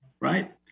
right